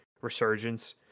Resurgence